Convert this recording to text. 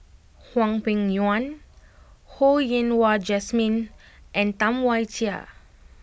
Hwang Peng Yuan Ho Yen Wah Jesmine and Tam Wai Jia